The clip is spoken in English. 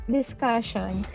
discussion